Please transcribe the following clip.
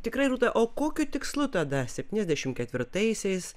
tikrai rūta o kokiu tikslu tada septyniasdešimt ketvirtaisiais